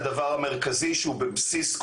זה דבר שהוא נכון והוא דורש,